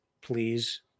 Please